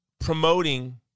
promoting